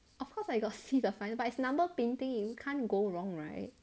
of course I got see the final but it's number painting you can't go wrong right